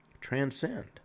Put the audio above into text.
transcend